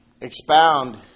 expound